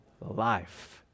Life